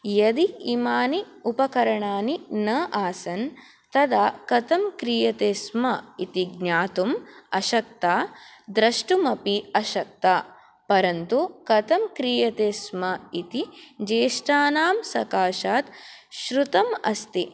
यदि इमानि उपकरणानि न आसन् तदा कथं क्रियते स्म इति ज्ञातुम् अशक्ता दृष्टुम् अपि अशक्ता परन्तु कथं क्रियते स्म इति ज्येष्ठानां सकाशात् श्रुतम् अस्ति